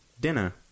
Dinner